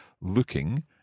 looking